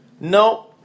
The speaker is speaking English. No